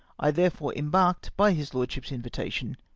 i therefore embarked, by his lordship's invitation,